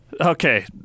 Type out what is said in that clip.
Okay